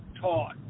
taught